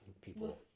People